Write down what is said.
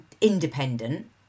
independent